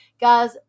guys